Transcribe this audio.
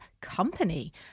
company